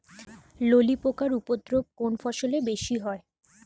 ললি পোকার উপদ্রব কোন ফসলে বেশি হয়?